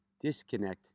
disconnect